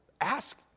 ask